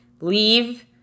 leave